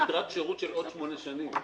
ויש לנו יתרת שירות של עוד שמונה שנים.